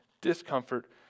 discomfort